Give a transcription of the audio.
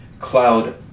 cloud